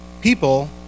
People